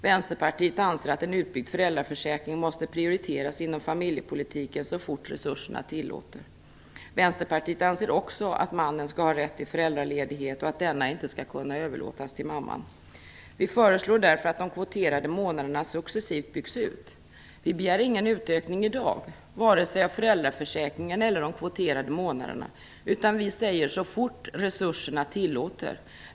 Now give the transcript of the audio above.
Vänsterpartiet anser att en utbyggd föräldraförsäkring måste prioriteras inom familjepolitiken så fort resurserna tillåter. Vänsterpartiet anser också att mannen skall ha rätt till föräldraledighet och att denna inte skall kunna överlåtas till mamman. Vi föreslår därför att de kvoterade månaderna successivt byggs ut. Vi begär ingen utökning i dag av vare sig föräldraförsäkringen eller de kvoterade månaderna, utan vi säger: så fort resurserna tillåter.